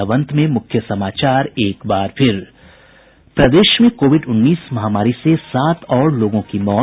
और अब अंत में मुख्य समाचार एक बार फिर प्रदेश में कोविड उन्नीस महामारी से सात और लोगों की मौत